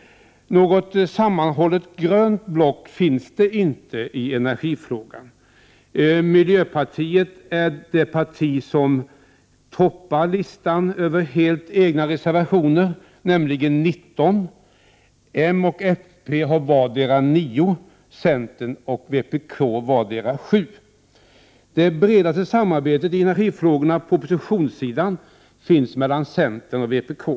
Något sammanhållet grönt block finns det inte i energifrågan. Miljöpartiet är det parti som toppar listan över helt egna reservationer, nämligen 19 stycken. Moderata samlingspartiet och folkpartiet har vardera nio reservationer och centern och vpk vardera sju. Det bredaste samarbetet i energifrågorna på oppositionssidan finns mellan centern och vpk.